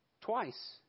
twice